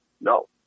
no